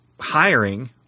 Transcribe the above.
hiring